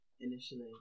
initially